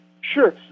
Sure